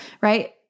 right